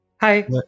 Hi